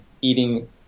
eating